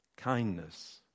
Kindness